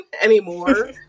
anymore